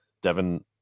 Devin